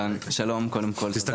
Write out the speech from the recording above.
שלום, קודם כל תודה